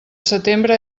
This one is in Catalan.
setembre